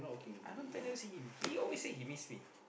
I long time never see him he always say he miss me